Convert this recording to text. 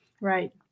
Right